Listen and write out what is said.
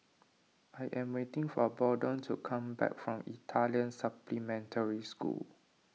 I am waiting for Bolden to come back from Italian Supplementary School